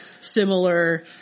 similar